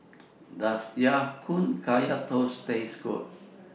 Does Ya Kun Kaya Toast Taste Good